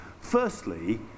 Firstly